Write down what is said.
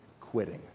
quitting